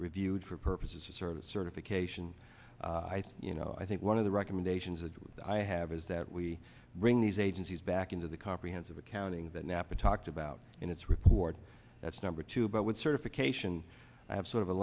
reviewed for purposes of service certification i think you know i think one of the recommendations that i have is that we bring these agencies back into the comprehensive accounting that nappa talked about in its report that's number two but what certification i have sort of a